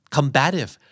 Combative